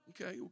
okay